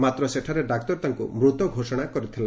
ମାତ୍ର ସେଠାରେ ଡାକ୍ତର ତାଙ୍କୁ ମୃତ ଘୋଷଣା କରିଥିଲେ